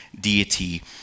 deity